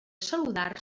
saludar